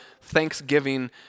thanksgiving